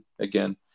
again